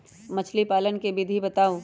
मछली पालन के विधि बताऊँ?